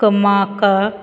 क्रमांका